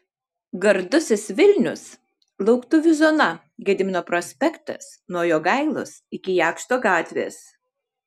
gardusis vilnius lauktuvių zona gedimino prospektas nuo jogailos iki jakšto gatvės